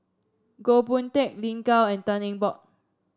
Goh Boon Teck Lin Gao and Tan Eng Bock